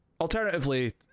Alternatively